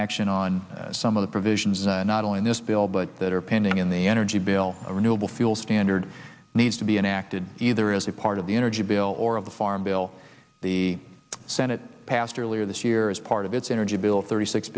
action on some of the provisions and not only in this bill but that are pending in the energy bill a renewable fuel standard needs to be enacted either as a part of the energy bill or of the farm bill the senate passed earlier this year as part of its energy bill thirty six